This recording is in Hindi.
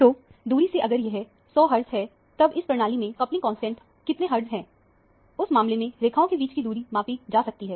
तो दूरी से अगर यह 100 हर्टज है तब इस प्रणाली में कपलिंग कांस्टेंट कितने हर्टज है उस मामले में रेखाओं के बीच की दूरी मापी जा सकती है